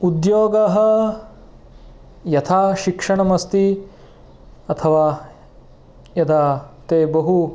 उद्योगः यथा शिक्षणमस्ति अथवा यदा ते बहु